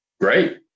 great